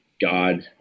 God